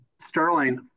sterling